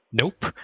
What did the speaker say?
Nope